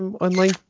online